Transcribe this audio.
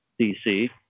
DC